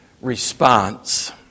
response